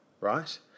right